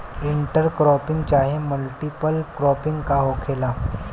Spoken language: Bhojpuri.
इंटर क्रोपिंग चाहे मल्टीपल क्रोपिंग का होखेला?